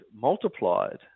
multiplied